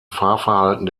fahrverhalten